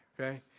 Okay